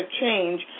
change